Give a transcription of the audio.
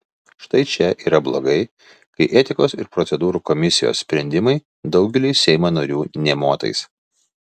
štai čia yra blogai kai etikos ir procedūrų komisijos sprendimai daugeliui seimo narių nė motais